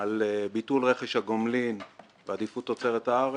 על ביטול רכש הגומלין ועדיפות תוצרת הארץ,